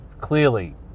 clearly